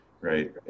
Right